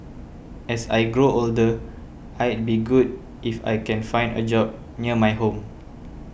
as I grow older it'd be good if I can find a job near my home